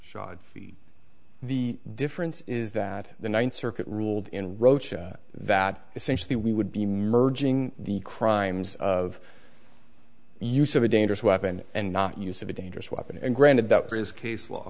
shod feet the difference is that the ninth circuit ruled in roach that essentially we would be merging the crimes of use of a dangerous weapon and not use of a dangerous weapon and granted that there is case law